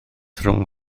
rhwng